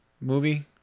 movie